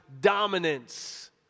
dominance